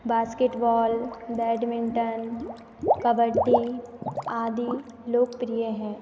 basketball badminton kabaddi आदि लोकप्रिय है